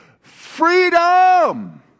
freedom